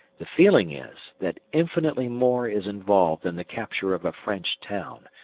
the feeling is, that infinitely more is involved than the capture of a french town,